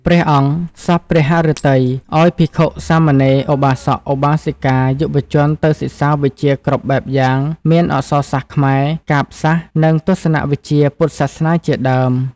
ព្រះអង្គសព្វព្រះហឫទ័យ ឱ្យភិក្ខុសាមណេរ ឧបាសក ឧបាសិកា យុវជនទៅសិក្សាវិជ្ជាគ្រប់បែបយ៉ាង មានអក្សរសាស្ត្រខ្មែរ កាព្យសាស្ត្រ និងទស្សនវិជ្ជាពុទ្ធសាសនា ជាដើម។